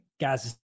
guys